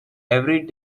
every